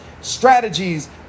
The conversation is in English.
strategies